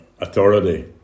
authority